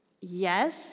Yes